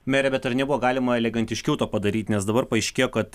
mere bet ar nebuvo galima elegantiškiau to padaryt nes dabar paaiškėjo kad